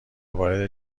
وارد